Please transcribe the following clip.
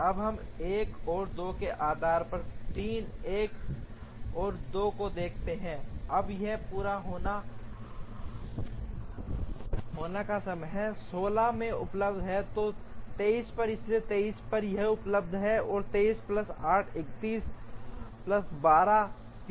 अब हम १ और २ के आधार पर ३ १ और २ को देखते हैं अब यह पूरा होने का समय है 16 में उपलब्ध है तो 23 पर इसलिए 23 पर यह उपलब्ध है 23 प्लस 8 31 प्लस 12 43